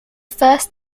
first